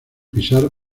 pisar